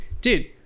Dude